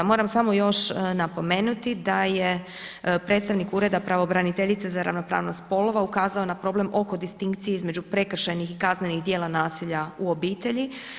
Moram samo još napomenuti da je predstavnik Ureda pravobraniteljice za ravnopravnost spolova ukazao na problem oko distinkcije između prekršajnih i kaznenih djela nasilja u obitelji.